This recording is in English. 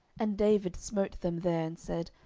and david smote them there, and said,